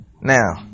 Now